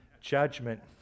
judgment